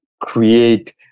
create